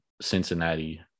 Cincinnati